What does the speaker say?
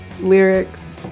lyrics